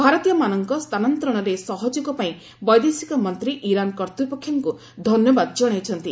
ଭାରତୀୟମାନଙ୍କ ସ୍ଥାନାନ୍ତରଣରେ ସହଯୋଗ ପାଇଁ ବୈଦେଶିକ ମନ୍ତ୍ରୀ ଇରାନ୍ କର୍ତ୍ତୃପକ୍ଷଙ୍କୁ ଧନ୍ୟବାନ ଜଣାଇଛନ୍ତି